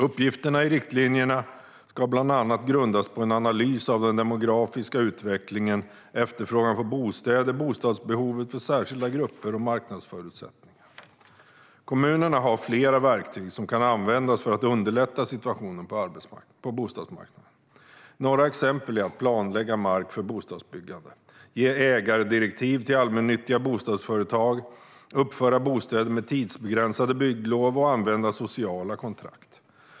Uppgifterna i riktlinjerna ska bland annat grundas på en analys av den demografiska utvecklingen, efterfrågan på bostäder, bostadsbehovet för särskilda grupper och marknadsförutsättningar. Kommunerna har flera verktyg som kan användas för att underlätta situationen på bostadsmarknaden. Några exempel är att planlägga mark för bostadsbyggande, ge ägardirektiv till allmännyttiga bostadsföretag, uppföra bostäder med tidsbegränsade bygglov och använda sociala kontrakt.